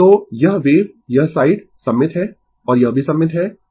तो यह वेव यह साइड सममित है और यह भी सममित है